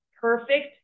perfect